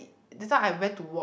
that time I went to walk